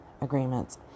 agreements